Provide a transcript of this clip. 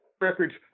records